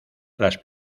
las